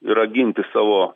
yra ginti savo